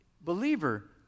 believer